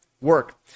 work